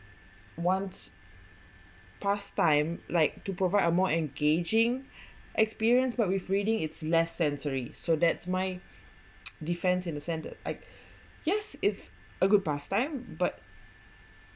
once past time like to provide a more engaging experience but with reading it's less sensory so that's my defence in the centre I guess it's a good pastime but